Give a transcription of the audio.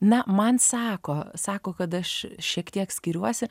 na man sako sako kad aš šiek tiek skiriuosi